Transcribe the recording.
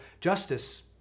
Justice